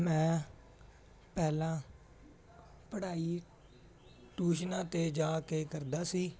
ਮੈਂ ਪਹਿਲਾਂ ਪੜ੍ਹਾਈ ਟਿਊਸ਼ਨਾ 'ਤੇ ਜਾ ਕੇ ਕਰਦਾ ਸੀ